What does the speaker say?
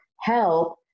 help